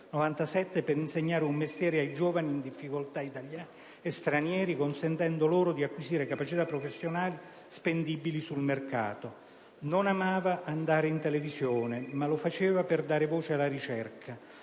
per insegnare un mestiere ai giovani in difficoltà, italiani e stranieri, consentendo loro di acquisire capacità professionali spendibili sul mercato. Non amava andare in televisione, ma lo faceva per dare voce alla ricerca.